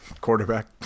Quarterback